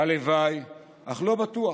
הלוואי, אך לא בטוח.